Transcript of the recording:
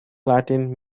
latin